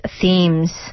themes